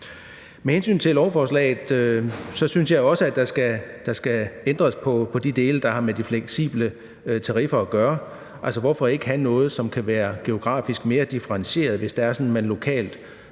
Med hensyn til lovforslaget synes jeg også, at der skal ændres i de dele, der har med de fleksible tariffer at gøre, for hvorfor ikke have noget, der kan være geografisk mere differentieret, så det er sådan, at hvis man lokalt